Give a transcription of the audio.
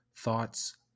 thoughts